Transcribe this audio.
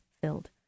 filled